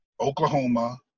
Oklahoma